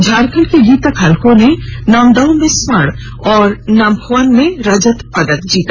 झारखंड की गीता खलखो ने नानदाउ में स्वर्ण और नामक्वान में रजक पदक जीता